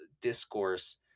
discourse